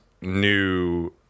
new